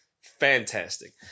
fantastic